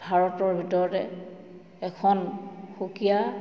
ভাৰতৰ ভিতৰতে এখন সুকীয়া